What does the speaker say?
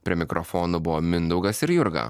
prie mikrofono buvo mindaugas ir jurga